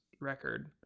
record